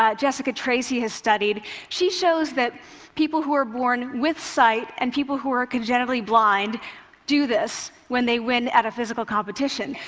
ah jessica tracy has studied. she shows that people who are born with sight and people who are congenitally blind do this when they win at a physical competition.